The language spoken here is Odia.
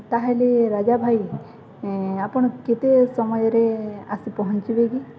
ତାହେଲେ ରାଜା ଭାଇ ଆପଣ କେତେ ସମୟରେ ଆସି ପହଞ୍ଚିବେ କି